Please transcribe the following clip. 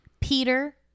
Peter